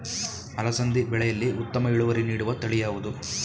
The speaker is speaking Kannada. ಅಲಸಂದಿ ಬೆಳೆಯಲ್ಲಿ ಉತ್ತಮ ಇಳುವರಿ ನೀಡುವ ತಳಿ ಯಾವುದು?